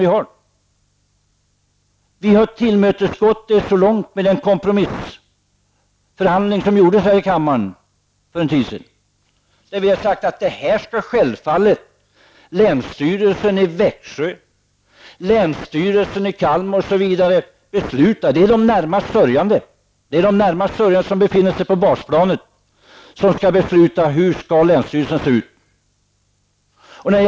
Vi har i hög grad tillmötesgått det med kompromissen här i kammaren för en tid sedan. Enligt vår åsikt skall självfallet t.ex. länsstyrelsen i Växjö och Kalmar besluta, eftersom de är de närmast sörjande. De befinner sig på basplanet, och det är de som skall besluta om hur länsstyrelsen skall se ut.